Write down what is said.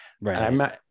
Right